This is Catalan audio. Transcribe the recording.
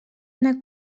anar